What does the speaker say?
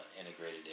integrated